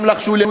גם לחשו לי,